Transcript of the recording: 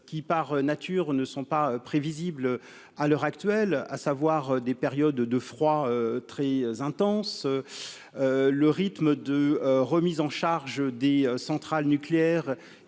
qui par nature ne sont pas prévisibles à l'heure actuelle, à savoir des périodes de froid très intense, le rythme de remise en charge des centrales nucléaires